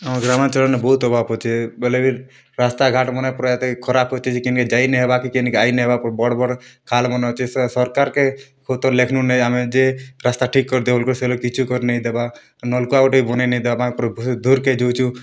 ଆମ ଗ୍ରାମାଞ୍ଚଳନେ ବହୁତ୍ ଅଭାବ୍ ଅଛେ ବଲେ ବି ରାସ୍ତା ଘାଟ୍ମନେ ପ୍ରାୟତଃ କି ଖରା କରୁଛେ ଯେ କେନିକେ ଯାଇ ନେଇଁ ହେବା କି କେନିକେ ଆଇ ନେଇଁ ହେବା ବଡ଼୍ ବଡ଼୍ ଖାଲ୍ମନେ ଅଛେ ସର୍କାର୍କେ ଖୋବ୍ ଥର୍ ଲେଖ୍ଲୁନେ ଆମେ ଯେ ରାସ୍ତା ଠିକ୍ କରିଦିଅ ବୋଲିକରି ସେ ଲୋକ୍ କିଛି କରି ନେଇଁ ଦେବା ନଲ୍କୂଆ ଗୋଟେ ବି ବନେଇ ନେଇଁ ଦେବା ତାଙ୍କ ଧୂର୍କେ ଯଉଚୁ